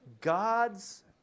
God's